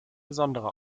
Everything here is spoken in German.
besondere